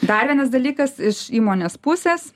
dar vienas dalykas iš įmonės pusės